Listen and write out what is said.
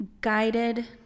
guided